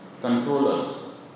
controllers